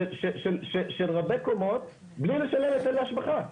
של רבי קומות בלי לשלם היטלי השבחה.